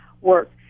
work